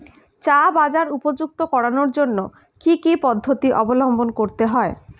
চা বাজার উপযুক্ত করানোর জন্য কি কি পদ্ধতি অবলম্বন করতে হয়?